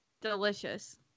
Delicious